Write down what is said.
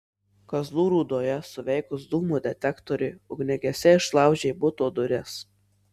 kazlų rūdoje suveikus dūmų detektoriui ugniagesiai išlaužė buto duris